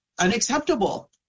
unacceptable